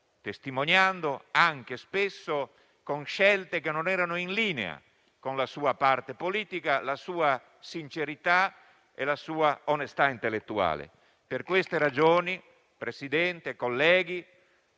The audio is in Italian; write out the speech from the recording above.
testimoniando, spesso con scelte che non erano in linea con la sua parte politica, la sua sincerità e la sua onestà intellettuale. Per queste ragioni, Presidente, colleghi,